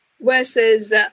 versus